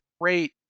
great